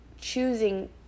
choosing